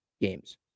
games